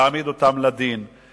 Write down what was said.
להעמיד אותם לדין,